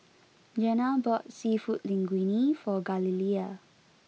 Jeanna bought Seafood Linguine for Galilea